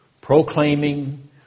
proclaiming